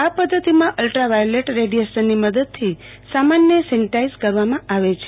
આ પદ્ધતિમાં અલ્ટ્રાવાયોલેટ રેડીએશનની મદદથી સામાનને સેનીટાઈઝ કરવામાં આવે છે